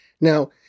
Now